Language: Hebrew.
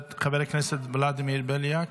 חבר הכנסת ולדימיר בליאק,